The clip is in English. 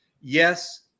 Yes